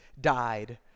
died